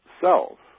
self